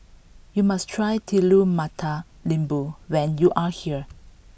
you must try Telur Mata Lembu when you are here